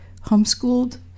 homeschooled